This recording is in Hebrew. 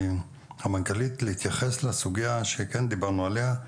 המנכ"לית, להתייחס לסוגיה שכן דיברנו עליה,